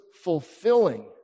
fulfilling